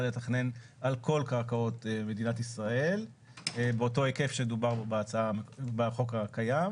לתכנן על כל קרקעות מדינת ישראל באותו היקף שדובר בו בחוק הקיים.